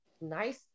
nice